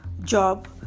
job